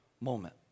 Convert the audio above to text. moment